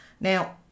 Now